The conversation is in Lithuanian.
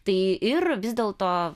tai ir vis dėlto